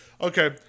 Okay